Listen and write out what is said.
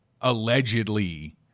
allegedly